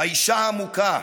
האישה המוכה,